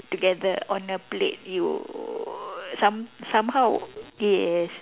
together on a plate you some somehow yes